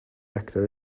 actor